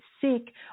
sick